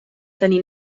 tenir